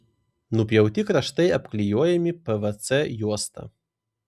nupjauti kraštai apklijuojami pvc juosta